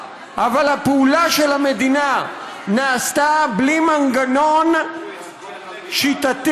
אבל הפעולה של המדינה נעשתה בלי מנגנון שיטתי,